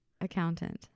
Accountant